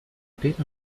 peter